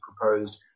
proposed